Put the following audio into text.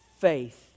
faith